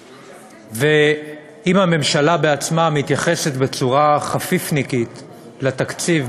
אם הממשלה בעצמה מתייחסת בצורה חפיפניקית לתקציב,